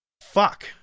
Fuck